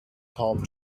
palm